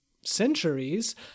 centuries